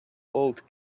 old